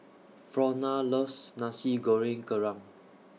Frona loves Nasi Goreng Kerang